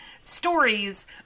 stories